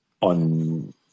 on